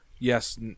Yes